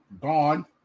gone